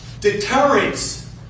Deterrence